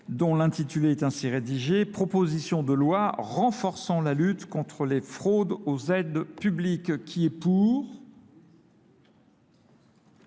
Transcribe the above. dont l'intitulé est ainsi rédigé. Proposition de loi renforçant la lutte contre les fraudes aux aides publiques qui est pour